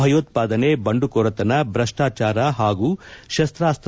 ಭಯೋತ್ಪಾದನೆ ಬಂಡುಕೋರತನ ಭ್ರಷ್ಟಾಚಾರ ಹಾಗೂ ಶಸ್ತಾಸ್ತ್ರ